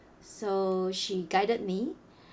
so she guided me